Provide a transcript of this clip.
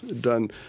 done